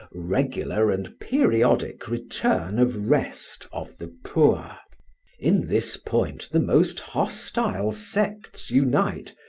regular, and periodic return of rest of the poor in this point the most hostile sects unite,